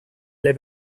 lei